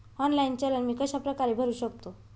Online challan मी कशाप्रकारे भरु शकतो?